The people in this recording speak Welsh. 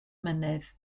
mynydd